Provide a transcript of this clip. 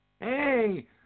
Hey